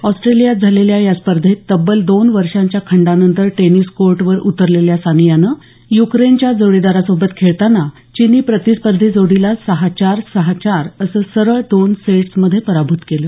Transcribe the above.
ऑस्ट्रेलियात झालेल्या या स्पर्धेत तब्बल दोन वर्षांच्या खंडानंतर टेनिस कोर्टवर उतरलेल्या सानियानं युक्रेनच्या जोडीदारासोबत खेळताना चिनी प्रतिस्पर्धी जोडीला सहा चार सहा चार असं सरळ दोन सेट्समध्ये पराभूत केलं